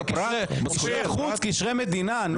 לקשרי מדינה.